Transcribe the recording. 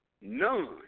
None